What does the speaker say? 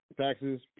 Taxes